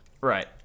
Right